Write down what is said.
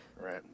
Right